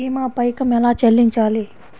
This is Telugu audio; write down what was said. భీమా పైకం ఎలా చెల్లించాలి?